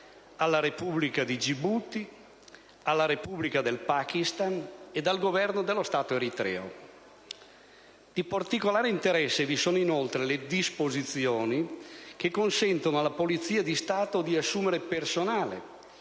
alla Repubblica di Gibuti, alla Repubblica del Pakistan ed al Governo dello Stato eritreo. Di particolare interesse vi sono inoltre le disposizioni che consentono alla Polizia di Stato di assumere personale,